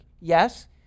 Yes